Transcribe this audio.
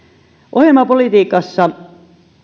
ohjelmapolitiikassa